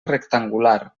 rectangular